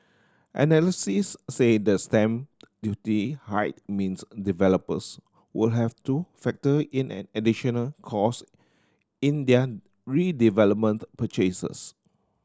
analyses said the stamp duty hike means developers would have to factor in an additional cost in their redevelopment purchases